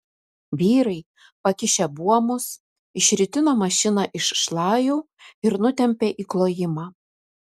vyrai pakišę buomus išritino mašiną iš šlajų ir nutempė į klojimą